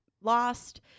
lost